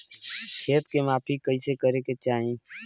खेत के माफ़ी कईसे करें के चाही?